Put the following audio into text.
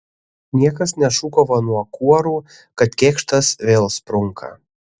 niekas nešūkavo nuo kuorų kad kėkštas vėl sprunka